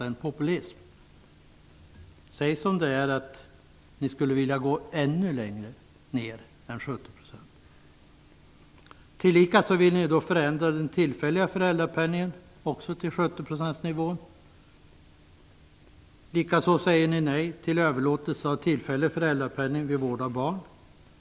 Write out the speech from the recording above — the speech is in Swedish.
Säg som det är, dvs. att ni skulle vilja gå ännu längre ner än Tillika vill ni förändra den tillfälliga föräldrapenningen till 70-procentsnivån. Likaså säger ni nej till överlåtelse av tillfällig föräldrapenning vid vård av barn.